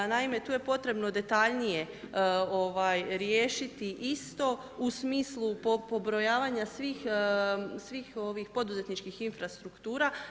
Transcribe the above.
Naime tu je potrebno detaljnije riješiti isto, u smislu pobrojavanja svih poduzetničkih infrastruktura.